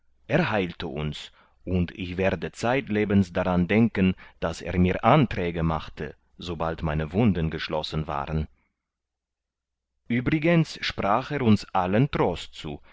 er heilte uns und ich werde zeitlebens daran denken daß er mir anträge machte sobald meine wunden geschlossen waren uebrigens sprach er uns allen trost ein